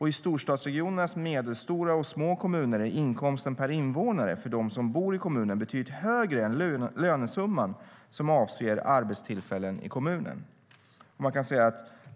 I storstadsregionernas medelstora och små kommuner är inkomsten per invånare betydligt högre än lönesumman, som avser arbetstillfällen i kommunen.